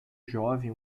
jovem